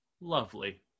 lovely